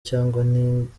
cyangwa